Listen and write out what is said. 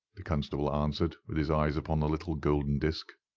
the constable answered with his eyes upon the little golden disk.